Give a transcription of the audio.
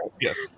Yes